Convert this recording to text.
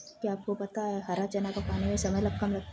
क्या आपको पता है हरा चना पकाने में समय कम लगता है?